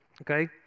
okay